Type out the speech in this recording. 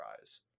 eyes